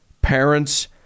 parents